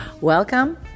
Welcome